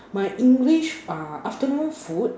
my English are afternoon food